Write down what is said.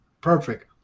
Perfect